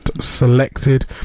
selected